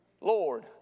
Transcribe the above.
Lord